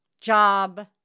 job